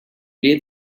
play